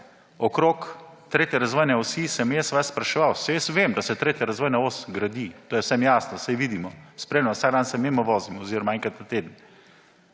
tretje razvojne osi sem jaz vas spraševal. Saj jaz vem, da se tretja razvojna os gradi, to je vsem jasno, saj vidimo. Spremljam, vsak dan se mimo vozim oziroma enkrat na teden.